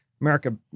America